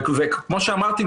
כמו שאמרתי,